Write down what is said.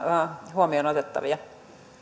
huomioon otettavia